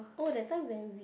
oh that time when we